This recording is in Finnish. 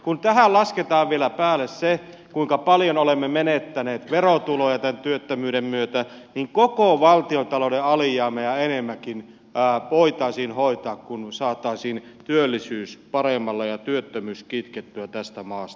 kun tähän lasketaan vielä päälle se kuinka paljon olemme menettäneet verotuloja tämän työttömyyden myötä niin koko valtiontalouden alijäämä ja enemmänkin voitaisiin hoitaa kun saataisiin työllisyys paremmalle tolalle ja työttömyys kitkettyä tästä maasta